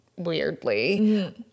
weirdly